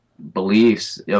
beliefs